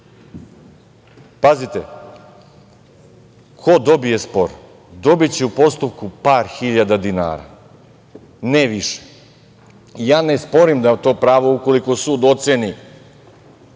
Pazite, ko dobije spor, dobiće u postupku par hiljada dinara, ne više. Ja ne sporim to pravo, ukoliko sud oceni